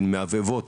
הן מהבהבות